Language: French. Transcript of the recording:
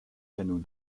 canaux